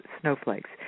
Snowflakes